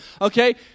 okay